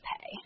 pay